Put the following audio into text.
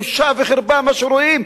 זו בושה וחרפה מה שרואים.